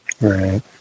Right